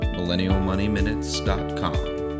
MillennialMoneyMinutes.com